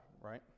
right